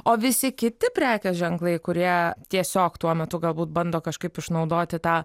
o visi kiti prekės ženklai kurie tiesiog tuo metu galbūt bando kažkaip išnaudoti tą